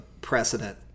precedent